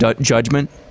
judgment